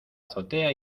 azotea